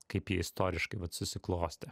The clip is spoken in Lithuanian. kaip jie istoriškai vat susiklostė